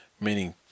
Meaning